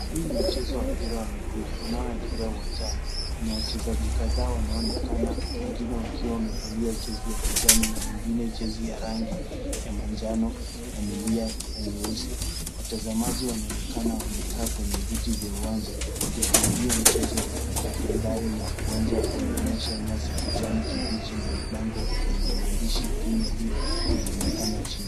Hii ni mchezo wa mpira wa miguu unaoendelea uwanjani. Kuna wachezaji kadhaa wanaoonekana wengine wakiwa wamevalia jezi ya kijani na wengine jezi ya rangi ya manjano na milia ya nyeusi. Watazamaji wanaonekana wamekaa kwenye viti vya uwanja wakishuhudia mchezo. Mandhari ina uwanja unaonyesha nyasi kijani kibichi na bango lenye maandishi Premier League inaonekana chini.